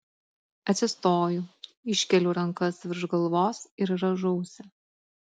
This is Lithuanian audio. atsistoju iškeliu rankas virš galvos ir rąžausi